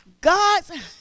God's